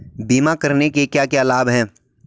बीमा करने के क्या क्या लाभ हैं?